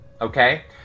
okay